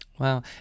Wow